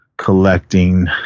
collecting